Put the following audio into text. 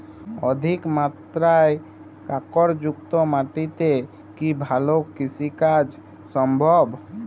অধিকমাত্রায় কাঁকরযুক্ত মাটিতে কি ভালো কৃষিকাজ সম্ভব?